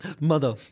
mother